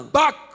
back